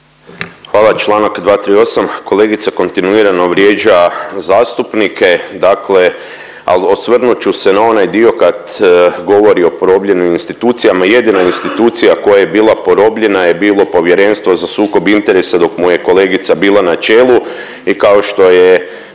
Hvala. Članak 238. Kolegica kontinuirano vrijeđa zastupnike, dakle ali osvrnut ću se na onaj dio kad govori o porobljenim institucijama. Jedina institucija koja je bila porobljena je bilo Povjerenstvo za sukob interesa dok mu je kolegica bila na čelu. I kao što je